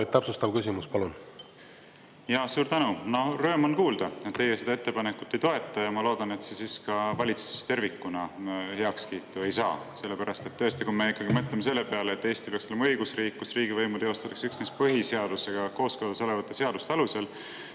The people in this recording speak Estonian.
täpsustav küsimus, palun!